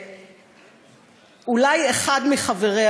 שאולי אחד מחבריה,